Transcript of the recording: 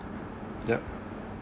yup